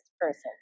person